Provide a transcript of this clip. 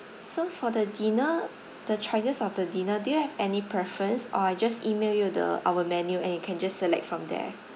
so for the dinner the choices of the dinner do you have any preference or I just email you the our menu and you can just select from there